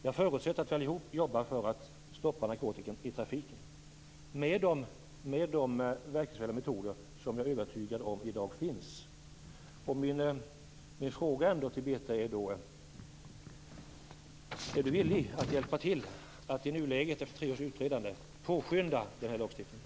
Jag förutsätter att vi allihop jobbar för att stoppa narkotikan i trafiken med de verkningsfulla metoder som jag är övertygad om finns i dag. Min fråga är: Är Birthe Sörestedt villig att nu, efter tre års utredande, hjälpa till att påskynda den här lagstiftningen?